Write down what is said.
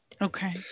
Okay